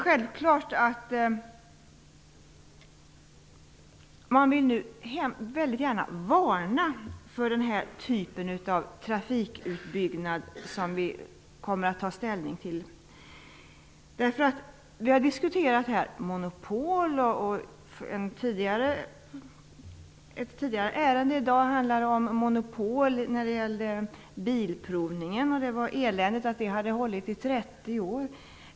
Jag vill här varna för den typ av trafikutbyggnad som vi nu kommer att ta ställning till. Vi har tidigare diskuterat monopol. Ett ärende som behandlades tidigare i dag handlade om monopol när det gäller bilprovningen. Det sades att det var eländigt att det hade hållit i 30 år.